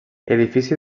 edifici